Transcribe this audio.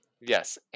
Yes